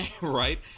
Right